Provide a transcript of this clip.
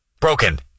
broken